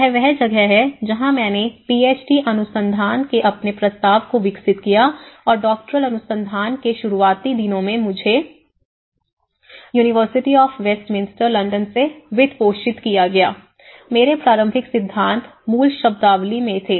यह वह जगह है जहां मैंने पी एच डी अनुसंधान के अपने प्रस्ताव को विकसित किया और डॉक्टोरल अनुसंधान के शुरुआती दिनों में मुझे यूनिवर्सिटी ऑफ वेस्टमिंस्टर लंदन से वित्त पोषित किया गया मेरे प्रारंभिक सिद्धांत मूल शब्दावली में थे